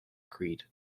creed